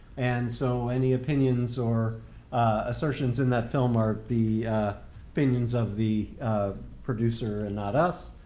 and so any opinions or assertions in that film are the opinions of the producer and not us